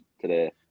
today